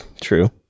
True